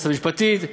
היועצת המשפטית,